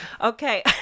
Okay